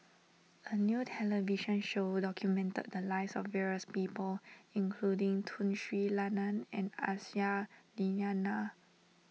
a new television show documented the lives of various people including Tun Sri Lanang and Aisyah Lyana